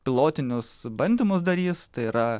pilotinius bandymus darys tai yra